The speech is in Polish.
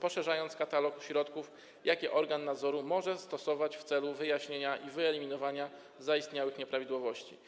poszerzając katalog środków, jakie organ nadzoru może stosować w celu wyjaśnienia i wyeliminowania zaistniałych nieprawidłowości.